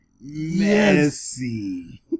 messy